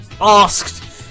asked